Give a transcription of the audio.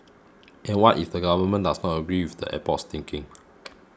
and what if the Government does not agree with the airport's thinking